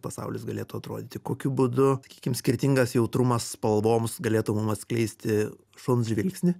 pasaulis galėtų atrodyti kokiu būdu sakykim skirtingas jautrumas spalvoms galėtų mum atskleisti šuns žvilgsnį